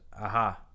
aha